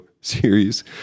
series